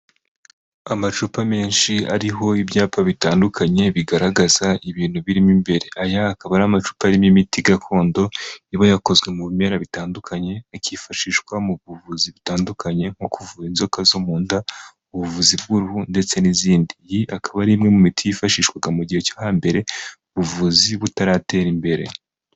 Amacupa menshi ariho ibyapa bitandukanye bigaragaza ibintu birimo imbere, aya akaba ari amacupa arimo imiti gakondo iba yakozwe mu bimera bitandukanye akifashishwa mu buvuzi butandukanye nko kuvura inzoka zo mu nda, ubuvuzi bw'uruhu, ndetse n'izindi. Iyi akaba ari imwe mu miti yifashishwaga mu gihe cyo hambere ubuvuzi butaratera imbere.